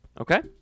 Okay